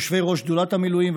יושבי-ראש שדולת המילואים,